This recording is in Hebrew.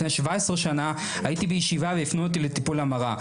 לפני 17 שנה הייתי בישיבה והפנו אותי לטיפולי המרה.